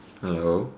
hello